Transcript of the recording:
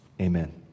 amen